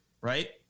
Right